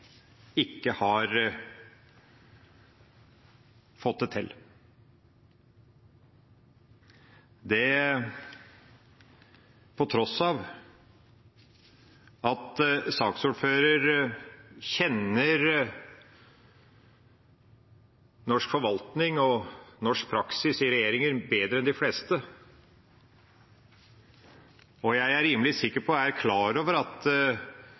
ikke har fått det til – og det på tross av at saksordføreren kjenner norsk forvaltning og norsk praksis i regjeringer bedre enn de fleste, og, er jeg rimelig sikker på, er klar over at